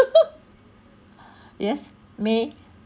yes may